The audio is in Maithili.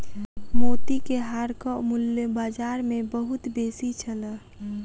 मोती के हारक मूल्य बाजार मे बहुत बेसी छल